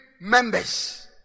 members